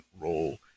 role